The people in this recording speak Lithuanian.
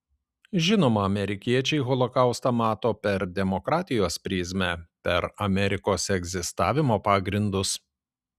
žinoma amerikiečiai holokaustą mato per demokratijos prizmę per amerikos egzistavimo pagrindus